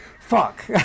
fuck